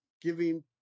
giving